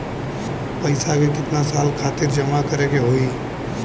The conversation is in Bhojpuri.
पैसा के कितना साल खातिर जमा करे के होइ?